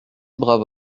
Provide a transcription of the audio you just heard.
brave